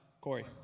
Corey